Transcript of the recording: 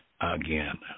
again